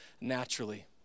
naturally